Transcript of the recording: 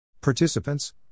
Participants